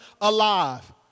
alive